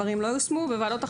בוועדות אחרות,